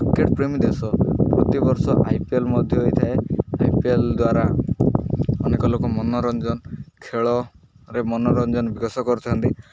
cricket ପ୍ରେମୀ ଦେଶ ପ୍ରତି ବର୍ଷ ଆଇ ପି ଏଲ୍ ମଧ୍ୟ ହୋଇଥାଏ ଆଇ ପି ଏଲ୍ ଦ୍ୱାରା ଅନେକ ଲୋକ ମନୋରଞ୍ଜନ ଖେଳରେ ମନୋରଞ୍ଜନ ବିକାଶ କରିଥାନ୍ତି